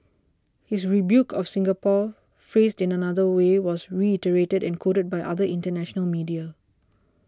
his rebuke of Singapore phrased in another way was reiterated and quoted by other international media